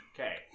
Okay